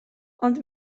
ond